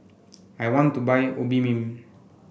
I want to buy Obimin